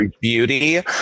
beauty